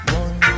one